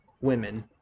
women